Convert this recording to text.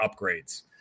upgrades